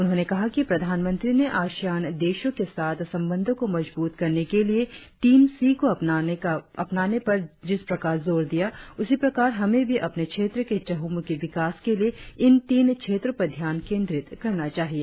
उन्होंने कहा कि प्रधानमंत्री ने आसियान देशों के साथ संबंधों को मजबूत करने के लिए तीन सी को अपनाने पर जिस प्रकार जोर दिया उसी प्रकार हमे भी अपने क्षेत्र के चहुँमुखी विकास के लिए इन तीन क्षेत्रों पर ध्यान केंद्रित करना चाहिए